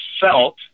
felt